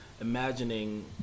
imagining